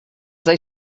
they